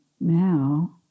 now